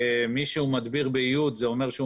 ומי שהוא מדביר באיוד זה אומר שהוא